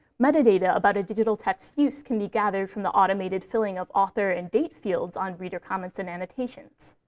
metadata about a digital text's use can be gathered from the automated filling of author and date fields on reader comments and annotations.